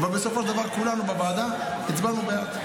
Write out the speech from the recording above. אבל בסופו של דבר, כולנו בוועדה הצבענו בעד.